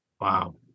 Wow